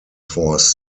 force